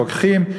רוקחים,